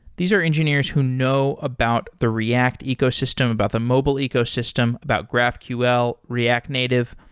these are engineers who know about the react ecosystem, about the mobile ecosystem, about graphql, react native.